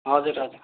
हजुर हजुर